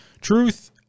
Truth